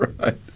right